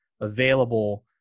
available